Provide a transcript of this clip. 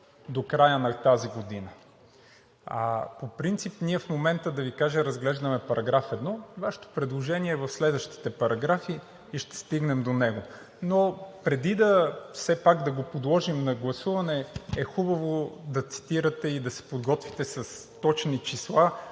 до края на тази година. По принцип ние в момента да Ви кажа разглеждаме § 1, Вашето предложение е в следващите параграфи и ще стигнем до него. Но преди все пак да го подложим на гласуване, е хубаво да цитирате и да се подготвите с точни числа,